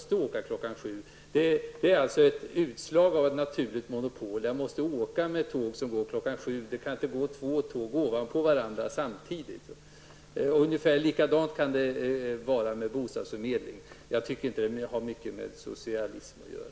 Det är alltså ett utslag av naturligt monopol att jag måste åka med ett tåg som går kl. 7, eftersom det inte kan gå två tåg samtidigt ovanpå varandra. Ungefär på samma sätt kan det vara i fråga om bostadsförmedling. Jag tycker inte att det har mycket med socialism att göra.